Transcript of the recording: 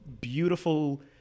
beautiful